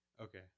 Okay